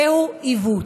זה עיוות.